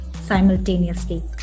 simultaneously